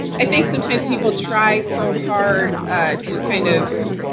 i think sometimes people try so hard to kind of.